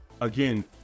Again